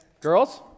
Girls